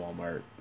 Walmart